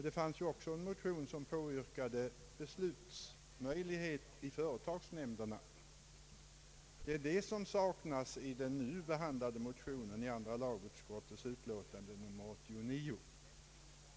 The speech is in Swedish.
Det fanns en motion i vilken påyrkades möjligheter att fatta beslut i företagsnämnderna. Detta saknas i de motioner som behandlas i utskottets utlåtande nr 89.